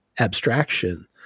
abstraction